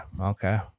okay